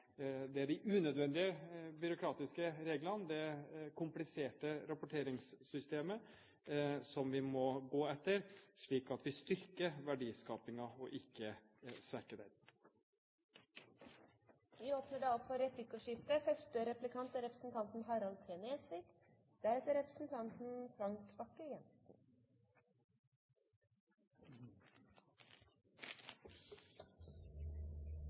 Det er de unødvendige byråkratiske reglene, det kompliserte rapporteringssystemet, vi må gå etter, slik at vi styrker verdiskapingen og ikke svekker den. Det åpnes for replikkordskifte. Jeg kan forsikre statsråden om at forenkling og reduksjon av skjemaveldet er